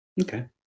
Okay